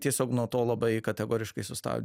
tiesiog nuo to labai kategoriškai sustab